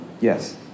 Yes